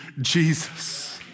Jesus